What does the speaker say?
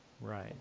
Right